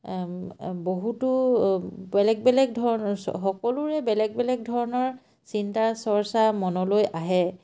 বহুতো বেলেগ বেলেগ ধৰণৰ সকলোৰে বেলেগ বেলেগ ধৰণৰ চিন্তা চৰ্চা মনলৈ আহে